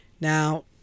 Now